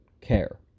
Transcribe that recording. care